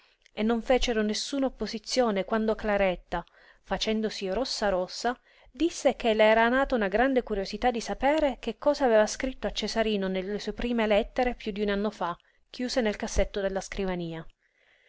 e non fecero nessuna opposizione quando claretta facendosi rossa rossa disse che le era nata una grande curiosità di sapere che cosa aveva scritto a cesarino nelle sue prime lettere di piú d'un anno fa chiuse nel cassetto della scrivania